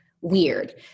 weird